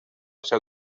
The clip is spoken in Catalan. seu